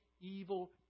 evil